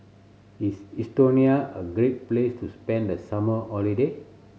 is Estonia a great place to spend the summer holiday